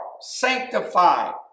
sanctified